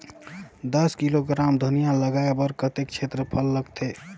दस किलोग्राम धनिया लगाय बर कतेक क्षेत्रफल लगथे?